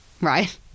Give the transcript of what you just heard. right